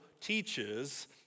teaches